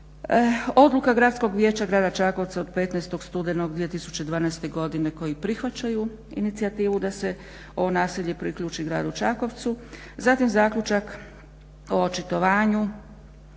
Odluka gradskog vijeća grada Čakovca od 15. Studenog 2012. Godine koji prihvaćaju inicijativu da se ovo naselje priključi gradu Čakovcu, znači Zaključak o očitovanju